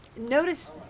notice